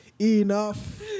Enough